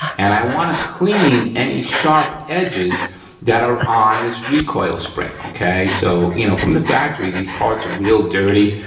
and i wanna clean any sharp edges that are on this recoil spring, okay? so, you know, from the factory these parts are real dirty,